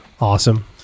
Awesome